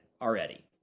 already